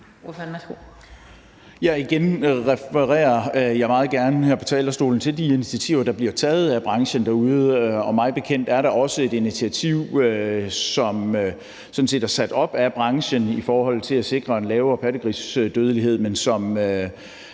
(LA): Igen refererer jeg meget gerne her på talerstolen til de initiativer, der bliver taget af branchen derude, og mig bekendt er der også et initiativ, som sådan set er sat op af branchen i forhold til at sikre en lavere pattegrisedødelighed, men som